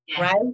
Right